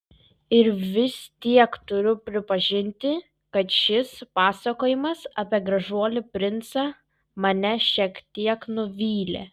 ir vis tiek turiu prisipažinti kad šis pasakojimas apie gražuolį princą mane šiek tiek nuvylė